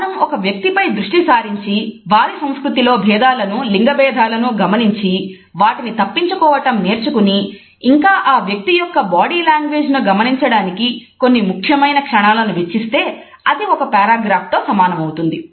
మనం ఒక వ్యక్తి పై దృష్టి సారించి వారి సంస్కృతిలో భేదాలను లింగ భేదాలను గమనించి వాటిని తప్పించుకోవటం నేర్చుకుని ఇంకా ఆ వ్యక్తి యొక్క బాడీ లాంగ్వేజ్ ను గమనించడానికి కొన్ని ముఖ్యమైన క్షణాలను వెచ్చిస్తే అది ఒక పేరాగ్రాఫ్ తో సమానమవుతుంది